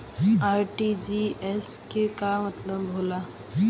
RTGS के का मतलब होला?